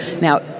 Now